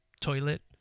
toilet